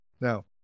Now